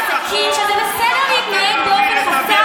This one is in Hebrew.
לצערי, הסיפור הוא המסר שיוצא מהכנסת הזו,